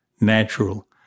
natural